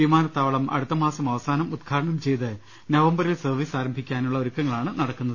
വിമാനത്താവളം അടുത്തമാസം അവസാനം ഉദ്ഘാടനം ചെയ്ത് നവംബറിൽ സർവ്വീസ് ആരംഭിക്കാനുള്ള ഒരുക്ക ങ്ങളാണ് നടക്കുന്നത്